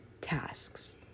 tasks